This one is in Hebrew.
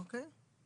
אוקיי.